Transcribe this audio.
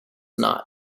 not